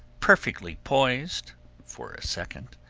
perfectly poised for a second,